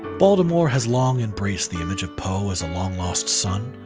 baltimore has long-embraced the image of poe as a long-lost son.